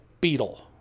Beetle